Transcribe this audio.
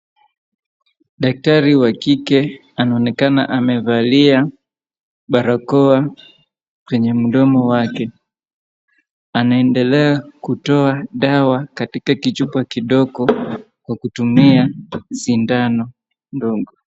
Daktari wa kike anaonekana amevalia barakoa kwenye mdomo wake, anaendelea kutoa dawa katika kichupa kidogo kwa kutumia sindano ndogo.